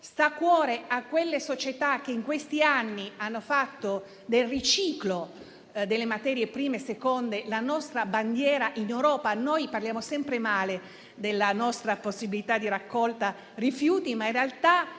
agricola e a quelle società che in questi anni hanno fatto del riciclo delle materie prime e seconde la nostra bandiera in Europa. Parliamo sempre male della nostra possibilità di raccolta rifiuti, ma in realtà